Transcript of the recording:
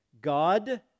God